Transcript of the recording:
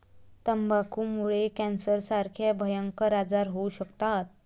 तंबाखूमुळे कॅन्सरसारखे भयंकर आजार होऊ शकतात